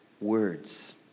words